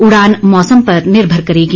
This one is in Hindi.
उड़ान मौसम पर निर्भर करेगी